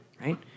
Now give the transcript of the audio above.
Right